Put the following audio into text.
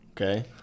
okay